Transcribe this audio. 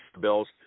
bills